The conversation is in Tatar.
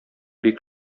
бик